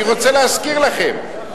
אני רוצה להזכיר לכם,